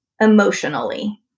emotionally